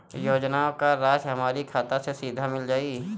योजनाओं का राशि हमारी खाता मे सीधा मिल जाई?